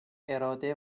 اراده